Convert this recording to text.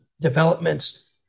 developments